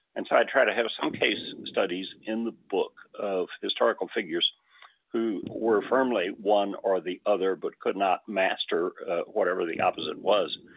and so i try to have some case studies in the book of historical figures who were firmly one or the other but could not master whatever the opposite was.